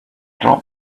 drop